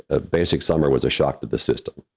a basic summer was a shock to the system.